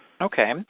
Okay